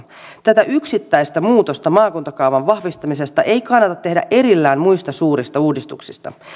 tätä yksittäistä muutosta maakuntakaavan vahvistamisesta ei kannata tehdä erillään muista suurista uudistuksista